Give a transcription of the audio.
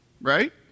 Right